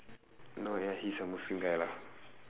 no ya he is a muslim guy lah